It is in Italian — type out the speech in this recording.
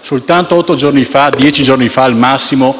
Soltanto otto, dieci giorni fa al massimo,